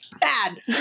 Bad